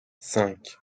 cinq